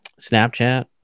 snapchat